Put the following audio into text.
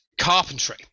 carpentry